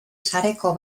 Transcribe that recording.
sareko